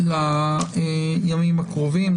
לימים הקרובים.